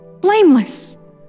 blameless